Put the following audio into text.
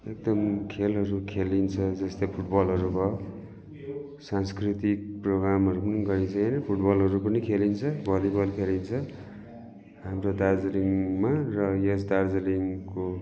एकदम खेलहरू खेलिन्छ जस्तै फुटबलहरू भयो सांस्कृतिक प्रोग्रामहरू पनि गरिन्छ यहाँनिर फुटबलहरू पनि खेलिन्छ भलिभल खेलिन्छ हाम्रो दार्जिलिङमा र यस दार्जिलिङको